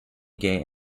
gay